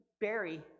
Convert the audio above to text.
Barry